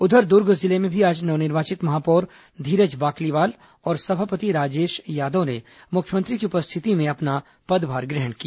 उधर दुर्ग जिले में भी आज नव निर्वाचित महापौर धीरज बाकलीवाल और सभापति राजेश यादव ने मुख्यमंत्री की उपस्थिति में अपना पदभार ग्रहण किया